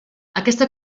aquesta